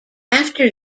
after